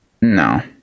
No